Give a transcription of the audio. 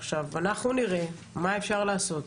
עכשיו, אנחנו נראה מה אפשר לעשות.